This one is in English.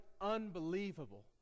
unbelievable